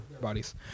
bodies